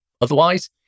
otherwise